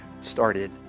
started